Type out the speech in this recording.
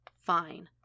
fine